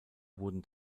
wurden